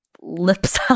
lips